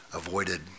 avoided